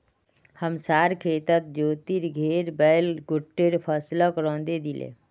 हमसार खेतत ज्योतिर घेर बैल गोट्टे फसलक रौंदे दिले